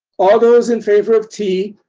all those in favor of tea,